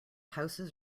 houses